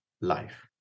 life